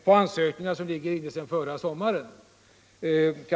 — på ansökningar som ligger inne sedan förra sommaren.